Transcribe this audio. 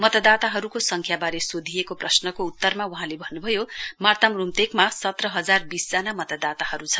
मतदाताहरूको संख्याबारे सोधिएको प्रश्नको उत्तरमा वहाँले भन्न्भयो मार्ताम रूम्तेकमा सत्र हजार बीस जना मतदाताहरू छन्